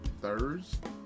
Thursday